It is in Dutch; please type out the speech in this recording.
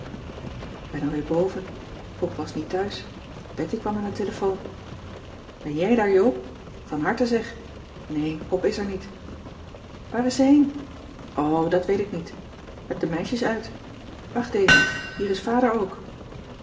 ben al weer boven pop was niet thuis betty kwam aan de telefoon ben jij daar joop van harte zeg nee pop is er niet waar is ze heen o dat weet ik niet met de meisjes uit wacht even hier is vader ook